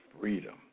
freedom